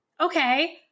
okay